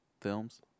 films